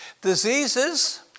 diseases